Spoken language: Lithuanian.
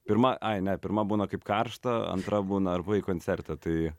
pirma ai ne pirma būna kaip karšta antra būna ar buvai koncerte tai